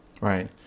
Right